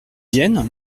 viennent